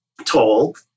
told